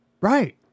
Right